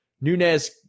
Nunez